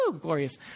glorious